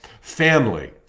family